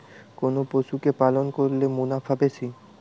কোন পশু কে পালন করলে মুনাফা বেশি?